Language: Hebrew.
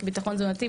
ביטחון תזונתי,